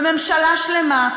וממשלה שלמה,